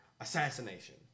assassination